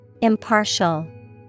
Impartial